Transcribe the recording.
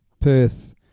Perth